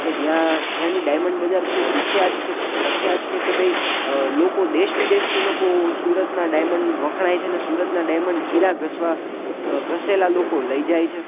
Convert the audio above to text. કે જ્યાં જેની ડાયમંડ બજાર ખૂબ વિખ્યાત છે ખૂબ પ્રખ્યાત છે કે ભાઈ લોકો દેશ વિદેશથી લોકો સુરતના ડાયમંડ વખણાય છે અને સુરતના ડાયમંડ હીરા ઘસવા ઘસેલા લોકો લઈ જાય છે